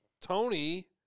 Tony